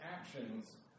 actions